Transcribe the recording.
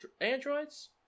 androids